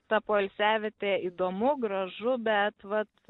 ta poilsiavietė įdomu gražu bet vat